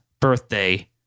birthday